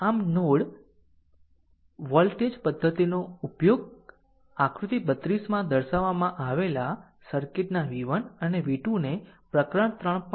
આમ node voltage પદ્ધતિનો ઉપયોગ આકૃતિ 32 માં દર્શાવવામાં આવેલા સર્કિટના v1 અને v2 ને પ્રકરણ 3